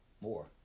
More